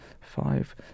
five